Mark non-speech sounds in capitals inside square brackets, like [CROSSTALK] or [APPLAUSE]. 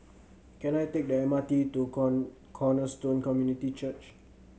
can I take the M R T to [UNINTELLIGIBLE] Cornerstone Community Church